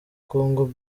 kongo